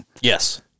Yes